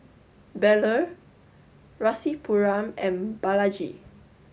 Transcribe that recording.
Bellur Rasipuram and Balaji